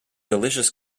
delicious